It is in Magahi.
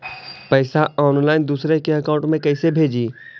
पैसा ऑनलाइन दूसरा के अकाउंट में कैसे भेजी?